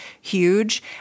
huge